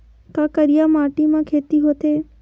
का करिया माटी म खेती होथे?